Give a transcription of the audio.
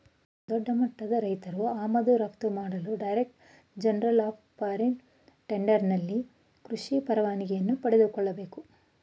ದೊಡ್ಡಮಟ್ಟದ ರೈತ್ರು ಆಮದು ರಫ್ತು ಮಾಡಲು director general of foreign trade ನಲ್ಲಿ ಕೃಷಿ ಪರವಾನಿಗೆಯನ್ನು ಪಡೆದುಕೊಳ್ಳಬೇಕು